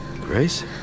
Grace